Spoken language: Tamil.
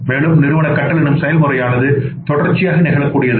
மேலும் நிறுவன கற்றல் எனும் செயல்முறையானது தொடர்ச்சியாக நிகழக்கூடியது